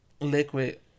liquid